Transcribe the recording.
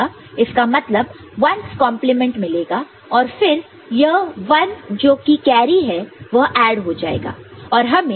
इसका मतलब 1's complement 1's complement मिलेगा और फिर यह 1 जो की कैरी है वह ऐड हो जाएगा और हमें 2's कंप्लीमेंट 2's complement मिलेगा